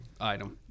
item